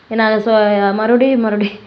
என்னால் ஸோ மறுபடியும் மறுபடி